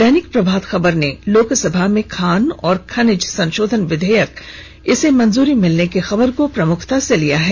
दैनिक प्रभात खबर ने लोकसभा में खान और खनिज संशोधन विधेयक को मंजूरी मिलने की खबर को प्रमुखता से लिया है